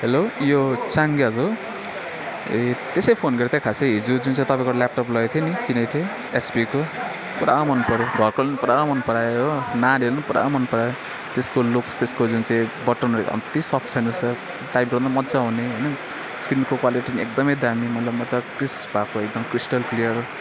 hello यो चाङ्ग्याल हो ए त्यसै फोन गरेको थिएँ खास हिजो जुन चाहिँ तपाईँकोबाट ल्यापटप लगेको थिएँ नि किनेको थिएँ एचपीको पुरा मन पर्यो घरकोले पनि पुरा मन परायो हो नानीहरूले पनि पुरा मन परायो त्यसको लुक्स त्यसको जुन चाहिँ बटनहरू अब यति सफ्ट छैन रहेछ टाइप गर्न पनि मजा आउने है स्क्रिनको क्वालिटी पनि एकदम दामी मतलब मजाको क्रिस भएको एकदम क्रिस्टल क्लियर